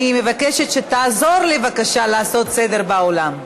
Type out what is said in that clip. אני מבקשת שתעזור לי לעשות סדר באולם.